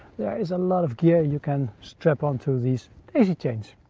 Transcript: there is a lot of gear you can strap onto these daisy chains.